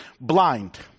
blind